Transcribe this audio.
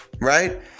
right